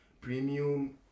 premium